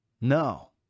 No